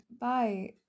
Bye